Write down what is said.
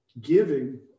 giving